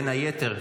בין היתר,